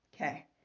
Okay